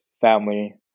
family